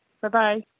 Bye-bye